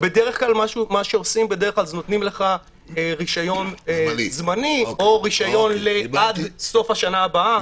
מה שעושים בדרך כלל שנותנים לך רישיון זמני או רישיון עד סוף השנה הבאה.